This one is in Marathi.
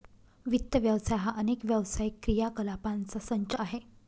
वित्त व्यवसाय हा अनेक व्यावसायिक क्रियाकलापांचा संच आहे